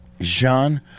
Jean